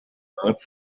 rat